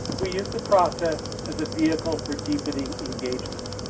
we use the process as a vehicle for deepening engagement.